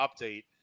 update